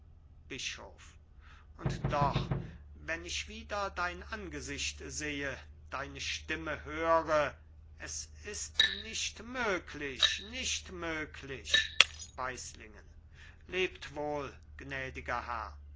bischof und doch wenn ich wieder dein angesicht sehe deine stimme höre es ist nicht möglich nicht möglich weislingen lebt wohl gnädiger herr